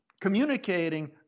communicating